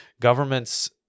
government's